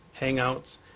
Hangouts